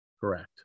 correct